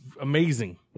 Amazing